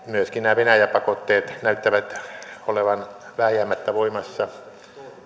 myöskin nämä venäjä pakotteet näyttävät olevan vääjäämättä voimassa